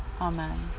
Amen